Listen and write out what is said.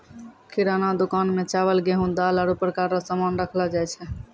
किराना दुकान मे चावल, गेहू, दाल, आरु प्रकार रो सामान राखलो जाय छै